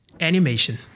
animation